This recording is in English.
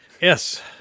Yes